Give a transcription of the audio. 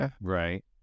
right